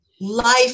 life